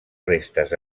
restes